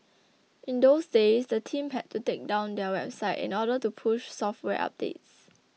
in those days the team had to take down their website in order to push software updates